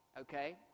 Okay